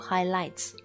Highlights